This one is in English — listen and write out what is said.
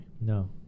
No